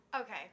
Okay